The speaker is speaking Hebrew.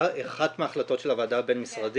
ניסינו בכנסת להעלות ועדת חקירה פרלמנטרית בנושא,